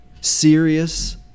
serious